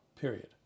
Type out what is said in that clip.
period